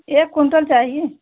एक क्विंटल चाहिए